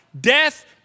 death